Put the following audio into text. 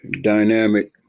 dynamic